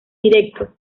directo